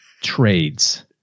Trades